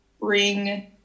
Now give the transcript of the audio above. bring